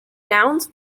nouns